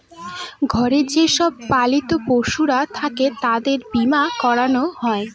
ঘরে যে সব পালিত পশুরা থাকে তাদের বীমা করানো হয়